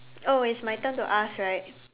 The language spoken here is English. oh it's my turn to ask right